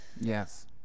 Yes